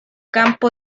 campo